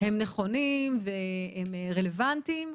הם נכונים והם רלוונטיים.